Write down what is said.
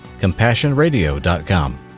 CompassionRadio.com